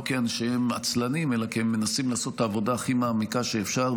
לא כי אנשיהן עצלנים אלא כי הם מנסים לעשות את העבודה הכי מעמיקה שאפשר,